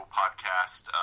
podcast